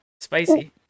spicy